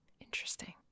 Interesting